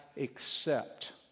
accept